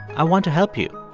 i want to help you.